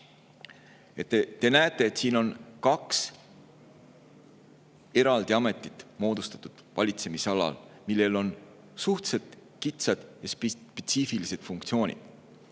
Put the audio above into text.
Te näete, et kaks eraldi ametit on moodustatud valitsemisalas, millel on suhteliselt kitsad, spetsiifilised funktsioonid,